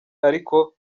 ariko